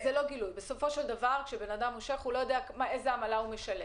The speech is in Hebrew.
כי בסופו של דבר הבן אדם לא יודע איזו עמלה הוא משלם.